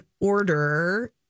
order